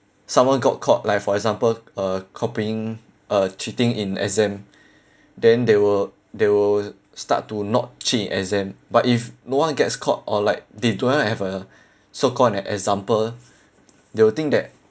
someone got caught like for example uh copying uh cheating in exam then they will they will start to not cheat in exam but if no one gets caught or like they do not have a so called an example they will think that